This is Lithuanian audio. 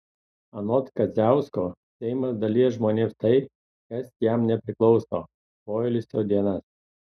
anot kadziausko seimas dalija žmonėms tai kas jam nepriklauso poilsio dienas